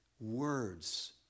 words